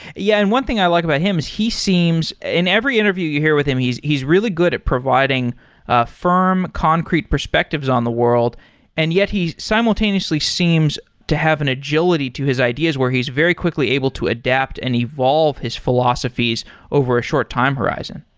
yeah, and one thing i like about him is he seems in every interview you hear with him, he's he's really good at providing a firm concrete perspectives on the world and yet he simultaneously seems to have an agility to his ideas where he's very quickly able to adapt and evolve his philosophies over a short time horizon.